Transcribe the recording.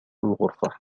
الغرفة